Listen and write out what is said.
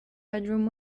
bedroom